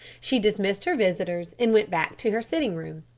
she dismissed her visitors and went back to her sitting-room.